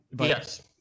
Yes